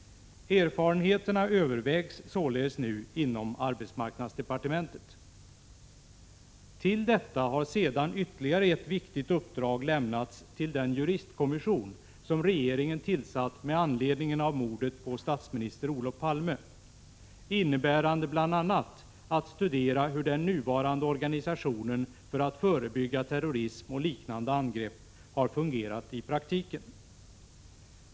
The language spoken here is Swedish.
Erfarenheterna övervägs således nu inom arbetsmarknadsdepartementet. Utöver detta har sedan ytterligare ett viktigt uppdrag lämnats till den juristkommission som regeringen tillsatt med anledning av mordet på statsminister Olof Palme, innebärande bl.a. att studera hur den nuvarande organisationen för att förebygga terrorism och liknande angrepp har fungerat i praktiken.